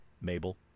Mabel